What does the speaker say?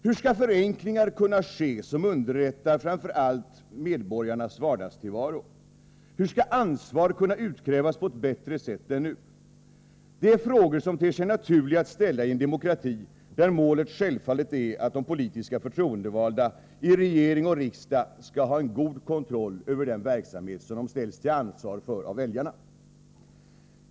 Hur skall förenklingar kunna ske som underlättar framför allt medborgarnas vardagstillvaro? Hur skall ansvar kunna utkrävas på ett bättre sätt än nu? Det är frågor som ter sig naturliga att ställa i en demokrati, där målet självfallet är att de förtroendevalda i regering och riksdag skall ha en god kontroll över den verksamhet som de ställs till ansvar för av väljarna.